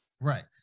Right